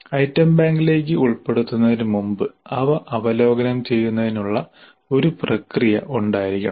item ബാങ്കിലേക്ക് ഉൾപ്പെടുത്തുന്നതിനുമുമ്പ് അവ അവലോകനം ചെയ്യുന്നതിനുള്ള ഒരു പ്രക്രിയ ഉണ്ടായിരിക്കണം